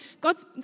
God's